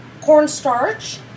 cornstarch